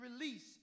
release